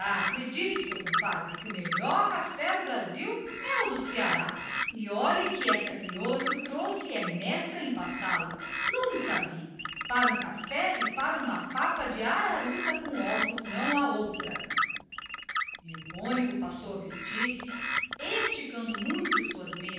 acredite seu compadre o melhor café do brasil é o do ceará e esta crioula que o trouxe é mestra em passá lo nunca vi para um café e para uma papa de araruta com ovos não há outra e o cônego passou a vestir-se esticando muito as suas